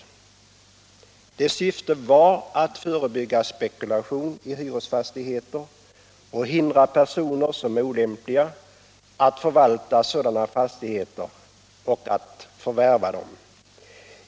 Lagens syfte var att förebygga spekulation i hyresfastigheter och utestänga personer som är olämpliga att förvalta och förvärva sådana fastigheter.